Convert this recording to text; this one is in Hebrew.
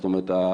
זאת אומרת,